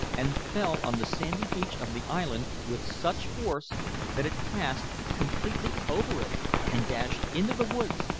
and fell on the sandy beach of the island with such force that it passed completely over it and dashed into the woods,